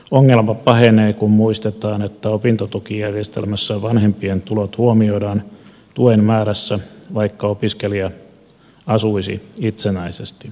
ongelma pahenee kun muistetaan että opintotukijärjestelmässä vanhempien tulot huomioidaan tuen määrässä vaikka opiskelija asuisi itsenäisesti